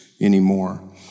anymore